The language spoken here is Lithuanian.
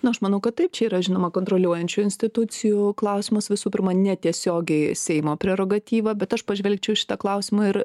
nu aš manau kad taip čia yra žinoma kontroliuojančių institucijų klausimas visų pirma ne tiesiogiai seimo prerogatyva bet aš pažvelgčiau į šitą klausimą ir